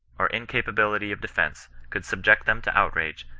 or incapability of de fence, could subject them to outrage,